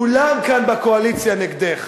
כולם כאן, בקואליציה, נגדך,